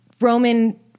Roman